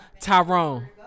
Tyrone